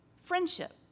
friendship